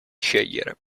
scegliere